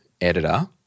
editor